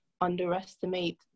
underestimate